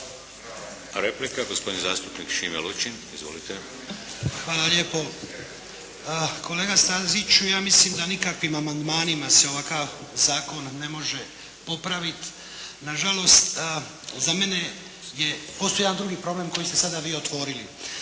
Replika, gospodin zastupnik Šime Lučin. Izvolite. **Lučin, Šime (SDP)** Hvala lijepo. Kolega Staziću, ja mislim da nikakvim amandmanima se ovakav zakon ne može popraviti. Nažalost za mene postoji jedan drugi problem koji ste sada vi otvorili.